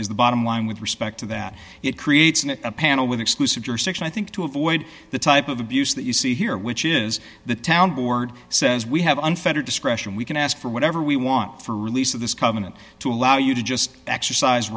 is the bottom line with respect to that it creates a panel with exclusive jurisdiction i think to avoid the type of abuse that you see here which is the town board says we have unfettered discretion we can ask for whatever we want for release of this covenant to allow you to just exercise